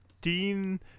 Dean